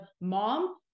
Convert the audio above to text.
mom